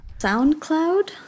Soundcloud